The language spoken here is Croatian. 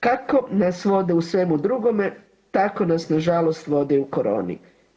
Kako nas vode u svemu drugome, tako nas na žalost vode u koroni.